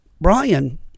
Brian